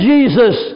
Jesus